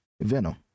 venom